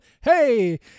Hey